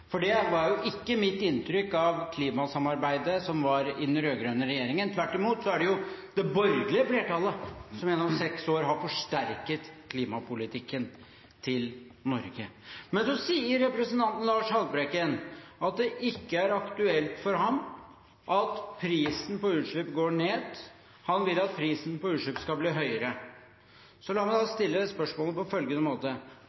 for det var ikke mitt inntrykk av klimasamarbeidet som var i den rød-grønne regjeringen. Tvert imot er det det borgerlige flertallet som gjennom seks år har forsterket klimapolitikken til Norge. Men så sier representanten Lars Haltbrekken at det ikke er aktuelt for ham at prisen på utslipp går ned. Han vil at prisen på utslipp skal bli høyere. La meg nå stille spørsmålet på følgende måte: